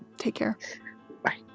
take care bye.